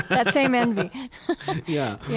that same envy yeah.